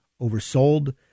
oversold